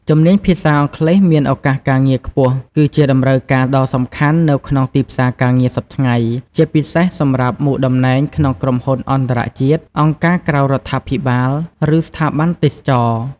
ជំនាញភាសាអង់គ្លេសមានឱកាសការងារខ្ពស់គឺជាតម្រូវការដ៏សំខាន់នៅក្នុងទីផ្សារការងារសព្វថ្ងៃ ជាពិសេសសម្រាប់មុខតំណែងក្នុងក្រុមហ៊ុនអន្តរជាតិ អង្គការក្រៅរដ្ឋាភិបាល ឬស្ថាប័នទេសចរណ៍។